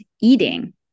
eating